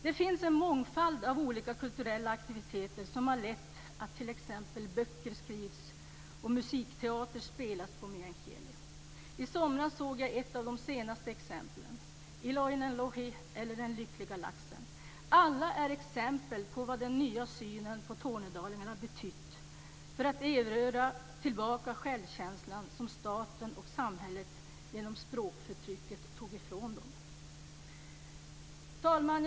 Det finns en mångfald av olika kulturella aktiviteter som t.ex. har lett till att böcker skrivs och musikteater spelas på meänkieli. I somras såg jag ett av de senaste exemplen - Iloinen lohi eller Den lyckliga laxen. Allt detta är exempel på vad den nya synen på tornedalingarna betytt för att erövra tillbaka den självkänsla som staten och samhället genom språkförtrycket tog ifrån dem. Fru talman!